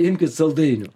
imkit saldainių